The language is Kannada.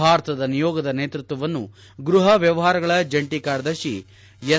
ಭಾರತದ ನಿಯೋಗದ ನೇತೃತ್ವವನ್ನು ಗೃಹ ವ್ವವಹಾರಗಳ ಜಂಟಿ ಕಾರ್ಯದರ್ಶಿ ಎಸ್